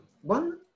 One